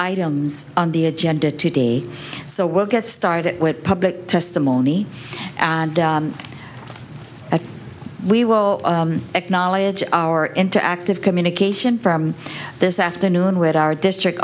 items on the agenda today so we'll get started with public testimony and we will acknowledge our interactive communication from this afternoon with our district